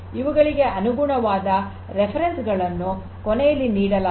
ಇವುಗಳಿಗೆ ಅನುಗುಣವಾದ ಉಲ್ಲೇಖಗಳನ್ನು ಕೊನೆಯಲ್ಲಿ ನೀಡಲಾಗಿದೆ